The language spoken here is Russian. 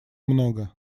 много